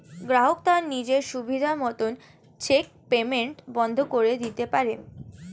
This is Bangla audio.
গ্রাহক তার নিজের সুবিধা মত চেক পেইমেন্ট বন্ধ করে দিতে পারে